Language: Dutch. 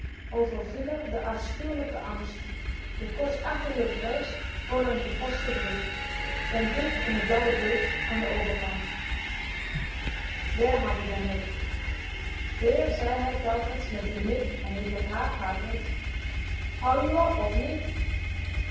r de afschuwelijke angst de koortsachtige vrees voor den geposten brief den brief in de blauwe bus aan den overkant weer had-ie den hik weer zei ie telkens met dien hik en niet met haar pratend hou je op of niet